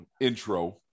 intro